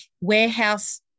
warehouse